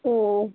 ও